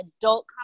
adult